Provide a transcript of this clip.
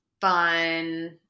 fun